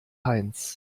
heinz